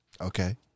okay